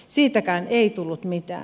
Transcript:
siitäkään ei tullut mitään